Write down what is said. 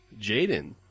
Jaden